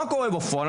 מה קורה בפועל?